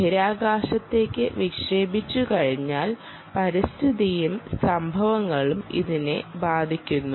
ബഹിരാകാശത്തേക്ക് വിക്ഷേപിച്ചുകഴിഞ്ഞാൽ പരിസ്ഥിതിയും സംഭവങ്ങളും ഇതിനെ ബാധിക്കുന്നു